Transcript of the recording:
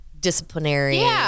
disciplinary